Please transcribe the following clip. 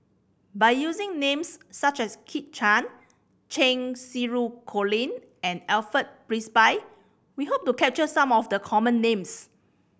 by using names such as Kit Chan Cheng Xinru Colin and Alfred Frisby we hope to capture some of the common names